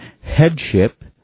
Headship